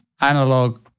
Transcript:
analog